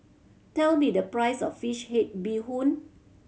tell me the price of fish head bee hoon